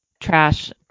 trash